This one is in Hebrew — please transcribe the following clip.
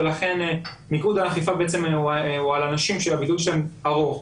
לכן מיקוד האכיפה הוא על האנשים שהבידוד שלהם ארוך,